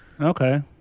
Okay